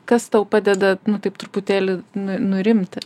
kas tau padeda nu taip truputėlį nu nurimti